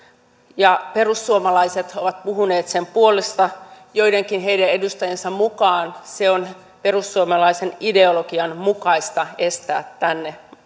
ja perussuomalaiset ovat puhuneet sen puolesta joidenkin heidän edustajiensa mukaan on perussuomalaisen ideolo gian mukaista estää